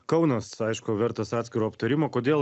kaunas aišku vertas atskiro aptarimo kodėl